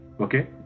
Okay